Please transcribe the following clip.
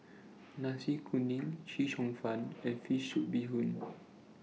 Nasi Kuning Chee Cheong Fun and Fish Soup Bee Hoon